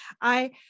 I-